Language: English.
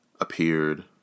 appeared